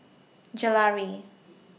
Gelare